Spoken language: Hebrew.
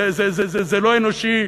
זה לא אנושי.